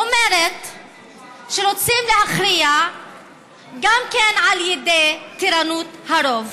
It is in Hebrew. אומר שרוצים להכריע את זה גם כן על ידי טירנות הרוב.